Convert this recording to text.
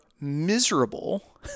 miserable